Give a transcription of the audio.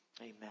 Amen